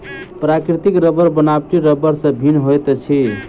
प्राकृतिक रबड़ बनावटी रबड़ सॅ भिन्न होइत अछि